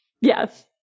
yes